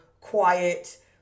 quiet